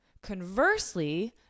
Conversely